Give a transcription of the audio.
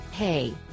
Hey